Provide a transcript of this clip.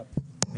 אני